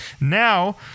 Now